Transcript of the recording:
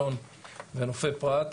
אלון ונופי פרת,